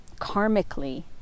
karmically